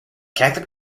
catholic